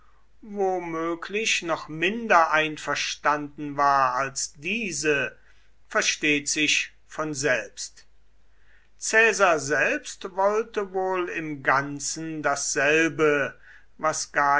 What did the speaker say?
womöglich noch minder einverstanden war als diese versteht sich von selbst caesar selbst wollte wohl im ganzen dasselbe was gaius